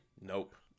Nope